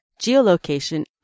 geolocation